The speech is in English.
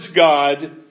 God